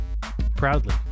proudly